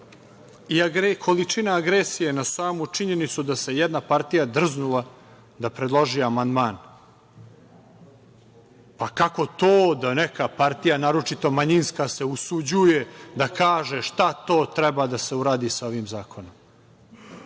i količina agresije na samu činjenicu da se jedna partija drznula da predloži amandman, pa kako to da neka partija, naročito manjinska, se usuđuje da kaže šta to treba da se uradi sa ovim zakonom?